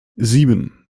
sieben